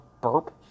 burp